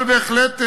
אבל בהחלט,